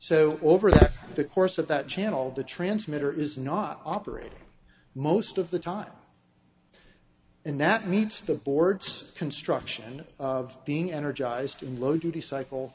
so over the course of that channel the transmitter is not operating most of the time and that meets the board's construction of being energized in low duty cycle